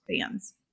fans